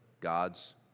God's